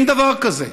אין דבר כזה.